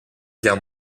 guerre